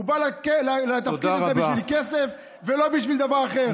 הוא בא לתפקיד הזה בשביל כסף ולא בשביל דבר אחר.